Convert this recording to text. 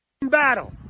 battle